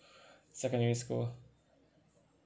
secondary school